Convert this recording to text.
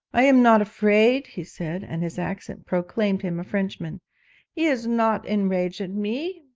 i am not afraid he said, and his accent proclaimed him a frenchman, he is not enrage at me.